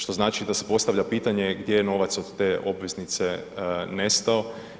Što znači da se postavlja pitanje gdje je novac od te obveznice nestao?